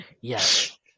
Yes